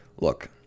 look